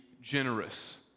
generous